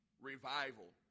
revival